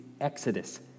exodus